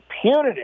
punitive